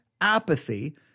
apathy